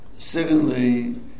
Secondly